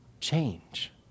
change